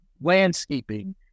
landscaping